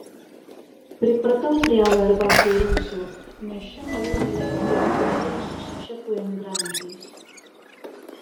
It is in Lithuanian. pripratau prie auerbacho rūsio nes čia maloniai leisdavau vakarus su čekų emigrantais